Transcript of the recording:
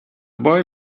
boy